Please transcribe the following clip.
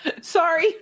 Sorry